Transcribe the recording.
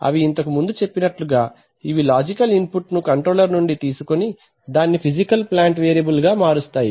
అవి ఇంతకు ముందు చెప్పినట్లుగా ఇవి లాజికల్ ఇన్ పుట్ ను కంట్రోలర్ నుండి తీసుకుని దానిని ఫిజికల్ ప్లాంట్ వేరియబుల్ గా మారుస్తాయి